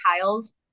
tiles